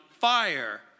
fire